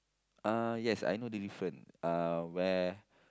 uh yes I know the different uh where